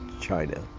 china